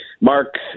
mark